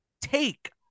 take